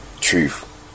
truth